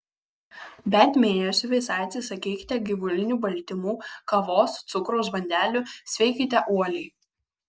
bent mėnesiui visai atsisakykite gyvulinių baltymų kavos cukraus bandelių sveikite uoliai